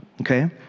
okay